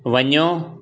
वञो